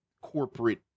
corporate